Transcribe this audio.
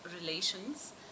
relations